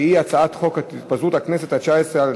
שהיא הצעת חוק התפזרות הכנסת התשע-עשרה,